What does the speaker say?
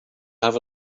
have